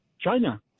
China